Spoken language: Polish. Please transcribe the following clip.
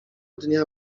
dnia